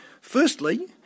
Firstly